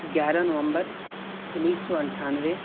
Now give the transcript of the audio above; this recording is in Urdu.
گیارہ نومبر اُنیس سو اٹھانوے